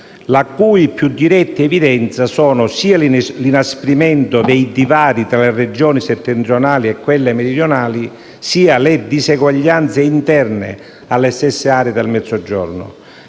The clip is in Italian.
le cui più dirette evidenze riguardano sia l'inasprimento dei divari tra le Regioni settentrionali e quelle meridionali, sia le diseguaglianze interne alle stesse aree del Mezzogiorno.